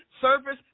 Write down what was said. service